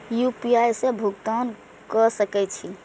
UPI से भुगतान क सके छी?